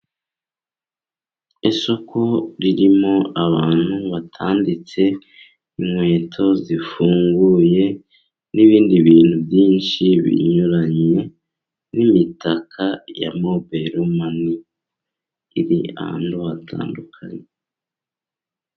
Isoko ririmo abantu batanditse inkweto zifunguye, n'ibindi bintu byinshi binyuranye, n'imitaka ya mobayiro mani iri ahantu hatandukanye.